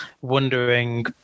wondering